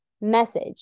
message